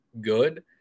good